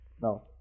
No